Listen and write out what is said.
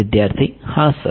વિદ્યાર્થી હા સર